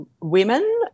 women